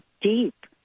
deep